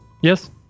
Yes